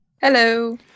Hello